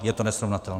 Je to nesrovnatelné!